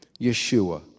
Yeshua